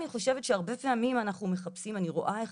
אני חושבת שהרבה פעמים אני רואה איך